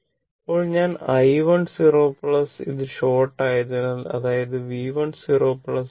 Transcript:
ഇപ്പോൾ ഞാൻ i 1 0 ഇത് ഷോർട് ആയതിനാൽ അതായത് V 1 0 0